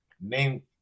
name